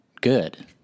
good